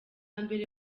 mbere